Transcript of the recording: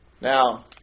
Now